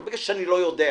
לא בגלל שאני לא יודע,